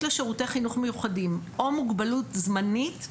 לשירותי חינוך מיוחדים או מוגבלות זמנית,